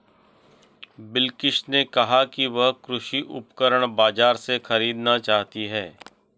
बिलकिश ने कहा कि वह कृषि उपकरण बाजार से खरीदना चाहती है